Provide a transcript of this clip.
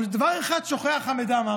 אבל דבר אחד שוכח חמד עמאר,